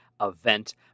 event